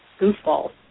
goofballs